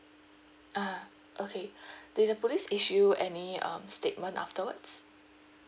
ah okay did the police issue any um statement afterwards